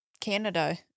Canada